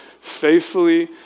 faithfully